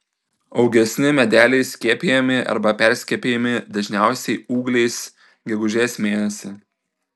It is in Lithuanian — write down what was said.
augesni medeliai skiepijami arba perskiepijami dažniausiai ūgliais gegužės mėnesį